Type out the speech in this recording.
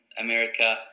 America